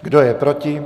Kdo je proti?